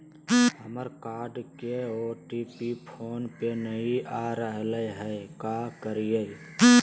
हमर कार्ड के OTP phone पे नई आ रहलई हई, का करयई?